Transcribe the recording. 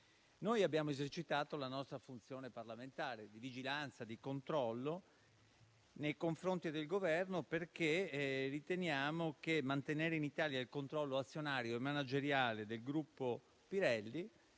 Noi abbiamo esercitato la nostra funzione parlamentare di vigilanza e di controllo nei confronti del Governo, perché riteniamo che mantenere in Italia il controllo azionario e manageriale del gruppo Pirelli